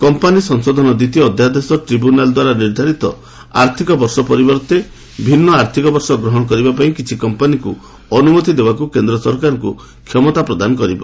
company ସଂଶୋଧନ ଦ୍ୱିତୀୟ ଅଧ୍ୟାଦେଶ ଟ୍ରିବ୍ୟୁନାଲ୍ ଦ୍ୱାରା ନିର୍ଦ୍ଧାରିତ ଆର୍ଥିକ ବର୍ଷ ପରିବର୍ଭେ ଭିନ୍ନ ଆର୍ଥିକ ବର୍ଷ ଗ୍ରହଣ କରିବା ପାଇଁ କିଛି କମ୍ପାନୀକୁ ଅନୁମତି ଦେବାକୁ କେନ୍ଦ୍ର ସରକାରଙ୍କୁ କ୍ଷମତା ପ୍ରଦାନ କରିବ